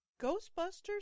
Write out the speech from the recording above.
Ghostbusters